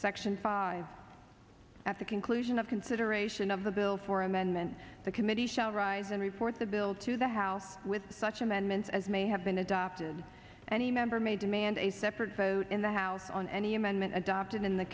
section five at the conclusion of consideration of the bill for amendment the committee shall rise and report the bill to the house with such amendments as may have been adopted any member may demand a separate vote in the house on any amendment adopted in the